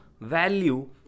value